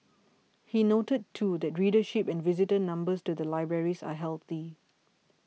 he noted too that readership and visitor numbers to the libraries are healthy